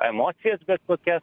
emocijas bet kokias